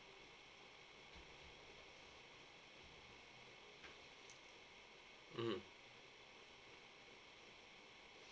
mmhmm